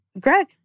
Greg